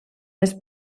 més